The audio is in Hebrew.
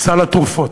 סל התרופות.